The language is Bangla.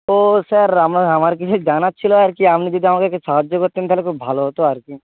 ও স্যার আমার কিছু জানার ছিলো আর কি আপনি যদি আমাকে একটু সাহায্য করতেন তাহলে খুব ভালো হতো আর কি